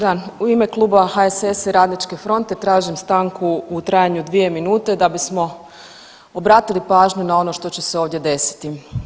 Da, u ime Kluba HSS-a i Radničke fronte tražim stanku u trajanju od 2 minute da bismo obratili pažnju na ono što će se ovdje desiti.